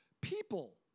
people